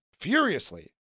furiously